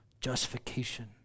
justification